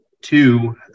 two